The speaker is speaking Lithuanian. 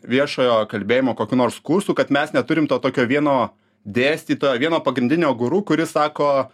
viešojo kalbėjimo kokių nors kursų kad mes neturim to tokio vieno dėstytojo vieno pagrindinio guru kuris sako